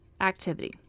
activity